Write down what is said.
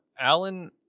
Alan